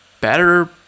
better